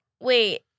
Wait